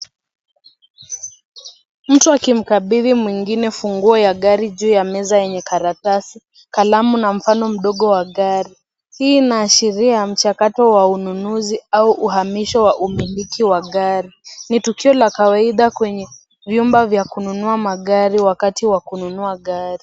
Mtu akimkabidhi mwingine funguo ya gari juu ya meza yenye karatasi, kalamu, na mfano mdogo wa gari. Hii inaashiria mchakato wa ununuzi au uhamisho wa umiliki wa gari. Ni tukio la kwawaida kwenye vyumba vya kununua magari wakati wa kununua gari.